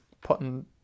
putting